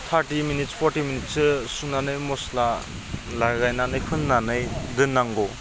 thirty minutes forty मिनिट्ससो संनानै मस्ला लागायनानै फोननानै दोननांगौ